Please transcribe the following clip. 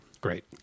Great